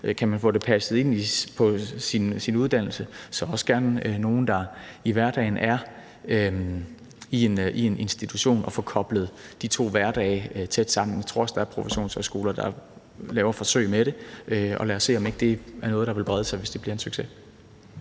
Kan man få det passet ind i uddannelsen, må der for mig også gerne være nogle, som er i en institution i hverdagen, så man får koblet de to hverdage tæt sammen. Jeg tror også, der er professionshøjskoler, der laver forsøg med det, og lad os se, om det ikke er noget, der vil brede sig, hvis det bliver en succes.